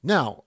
Now